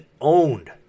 owned